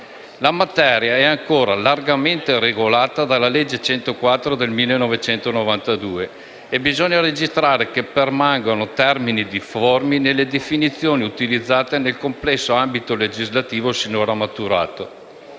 La materia è ancora largamente regolata dalla legge n. 104 del 1992 e bisogna registrare che permangono termini difformi nelle definizioni utilizzate nel complesso ambito legislativo sinora maturato.